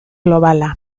globala